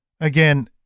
Again